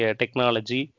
technology